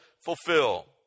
fulfill